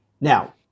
Now